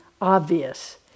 obvious